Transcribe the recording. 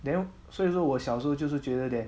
then 所以说我小时候就是觉得 that